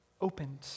opened